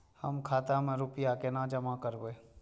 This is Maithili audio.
हम खाता में रूपया केना जमा करबे?